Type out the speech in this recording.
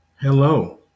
Hello